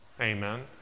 amen